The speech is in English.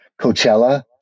Coachella